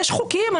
יש חוקים,